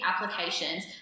applications